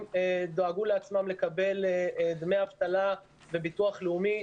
דאגו לעצמם לקבל דמי אבטלה מביטוח לאומי,